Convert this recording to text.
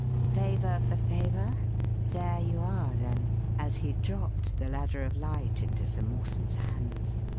favour for favour there you are, then! as he dropped the ladder of light into sir mawson's hands.